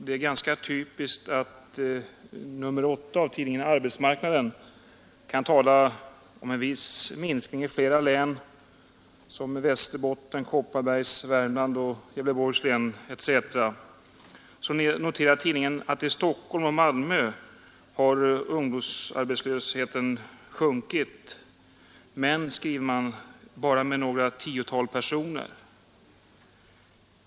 Det är ganska typiskt att man i nr 8 av tidningen Arbetsmarknaden talar om en viss minskning i flera län, t.ex. i Västerbottens, Kopparbergs, Värmlands och Gävleborgs län, men noterar att ungdomsarbetslösheten har sjunkit i Stockholm och Malmö. Dock, skriver tidningen, bara med några tiotal personer.